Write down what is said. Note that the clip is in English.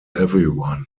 everyone